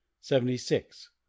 Seventy-six